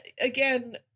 again